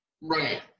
right